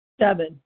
Seven